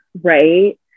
Right